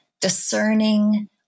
discerning